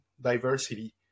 diversity